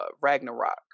Ragnarok